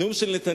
הנאום של נתניהו,